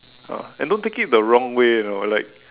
ah and don't take it the wrong way you know like